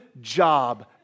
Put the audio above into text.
job